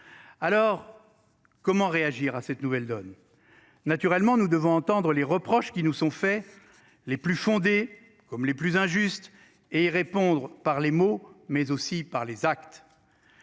Alors. Comment réagir à cette nouvelle donne naturellement nous devons entendre les reproches qui nous sont faits les plus. Comme les plus injustes et y répondre par les mots, mais aussi par les actes.